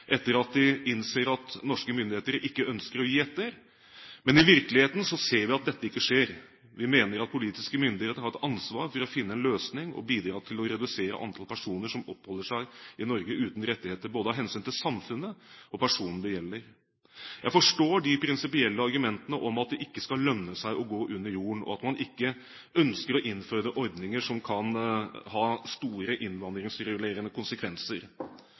etter at de innser at norske myndigheter ikke ønsker å gi etter. Men i virkeligheten ser vi at dette ikke skjer. Vi mener at politiske myndigheter har et ansvar for å finne en løsning og bidra til å redusere antall personer som oppholder seg i Norge uten rettigheter, både av hensyn til samfunnet og til personen det gjelder. Jeg forstår de prinsipielle argumentene om at det ikke skal lønne seg å gå under jorden, og at man ikke ønsker å innføre ordninger som kan ha store innvandringsregulerende konsekvenser,